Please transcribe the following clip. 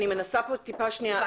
אני מנסה פה טיפה שנייה.